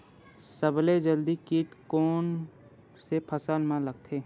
सबले जल्दी कीट कोन से फसल मा लगथे?